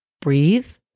breathe